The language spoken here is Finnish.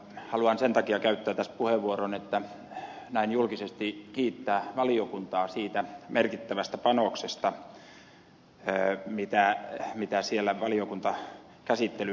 haluan sen takia käyttää tässä puheenvuoron että näin julkisesti voin kiittää valiokuntaa siitä merkittävästä panoksesta mitä siellä valiokuntakäsittelyn aikana tähän annettiin